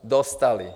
Dostali.